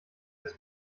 des